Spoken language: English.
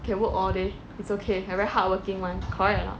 can work all day it's okay I very hardworking [one] correct or not